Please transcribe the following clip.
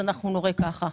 אנחנו נורה ככה.